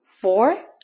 four